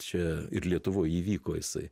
čia ir lietuvoj įvyko jisai